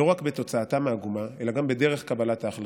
לא רק בתוצאתם העגומה אלא גם בדרך קבלת ההחלטות,